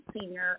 senior